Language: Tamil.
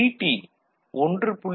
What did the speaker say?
VT 1